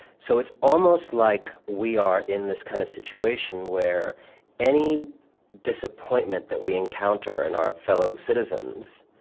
so it's almost like we are in this kind of situation where any disappointment that we encounter in our fellow citizens